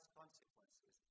consequences